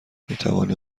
میتوانی